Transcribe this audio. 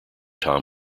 tom